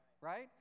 right